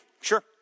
sure